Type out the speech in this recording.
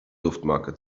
duftmarke